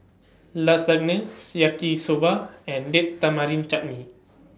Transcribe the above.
Lasagne Yaki Soba and Date Tamarind Chutney